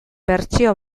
bertsio